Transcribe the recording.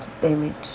damage